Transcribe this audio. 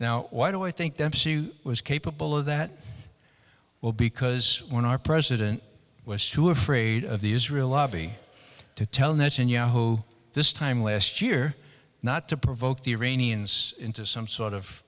now why do i think dempsey was capable of that well because when our president was too afraid of the israel lobby to tell netanyahu this time last year not to provoke the iranians into some sort of